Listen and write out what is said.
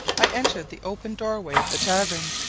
i entered the open door-way of the tavern,